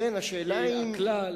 כי הכלל,